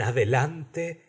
hasta en